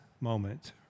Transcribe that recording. moment